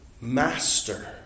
master